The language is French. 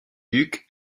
duc